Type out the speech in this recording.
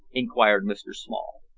inquired mr small.